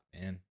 man